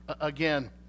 again